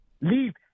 Leave